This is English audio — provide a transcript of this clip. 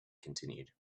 continued